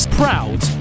proud